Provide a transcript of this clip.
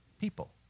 people